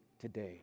today